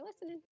listening